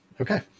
Okay